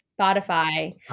Spotify